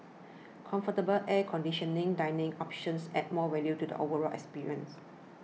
comfortable air conditioning dining option adds more value to the overall experience